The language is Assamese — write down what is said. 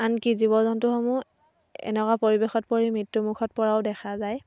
আনকি জীৱ জন্তুসমূহ এনেকুৱা পৰিৱেশত পৰি মৃত্য়ুমুখত পৰাও দেখা যায়